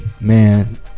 Man